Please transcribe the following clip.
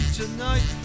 tonight